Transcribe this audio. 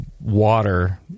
water